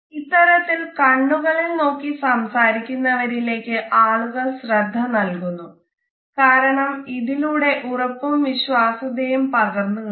ഇത്തരത്തിൽ കണ്ണുകളിൽ നോക്കി സംസാരിക്കുന്നവരിലേക്ക് ആളുകൾ ശ്രദ്ധ നൽകുന്നു കാരണം ഇതിലൂടെ ഉറപ്പും വിശ്വാസ്യതയും പകർന്നു കിട്ടുന്നു